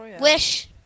Wish